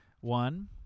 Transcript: One